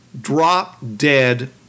drop-dead